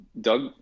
Doug